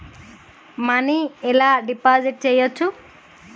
Money ఎలా deposit చేయచ్చు?